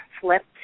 flipped